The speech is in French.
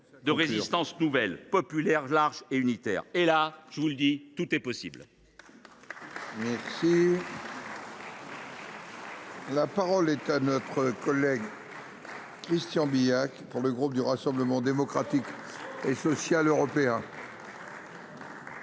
de résistances nouvelles, populaires, larges et unitaires ; et alors, je vous le dis, tout est possible ! La parole est à M. Christian Bilhac, pour le groupe du Rassemblement Démocratique et Social Européen.